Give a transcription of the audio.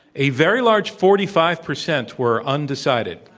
a very large forty five percent were undecided.